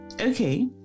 okay